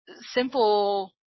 simple